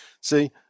see